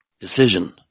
Decision